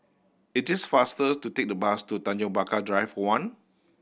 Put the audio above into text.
it is faster to take the bus to Tanjong Pagar Drive One